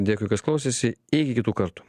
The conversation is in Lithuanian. dėkui kas klausėsi iki kitų kartų